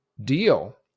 deal